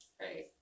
Right